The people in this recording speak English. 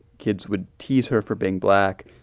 kids would tease her for being black.